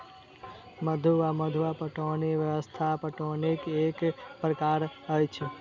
मद्दु वा मद्दा पटौनी व्यवस्था पटौनीक एक प्रकार अछि